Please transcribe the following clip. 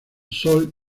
sol